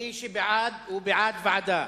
מי שבעד, הוא בעד ועדה,